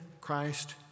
Christ